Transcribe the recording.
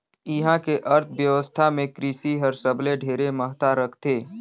इहां के अर्थबेवस्था मे कृसि हर सबले ढेरे महत्ता रखथे